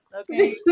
okay